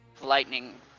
lightning